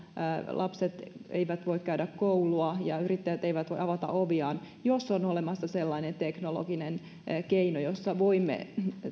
lapset eivät voi käydä koulua ja yrittäjät eivät voi avata oviaan jos on olemassa sellainen teknologinen keino jolla voimme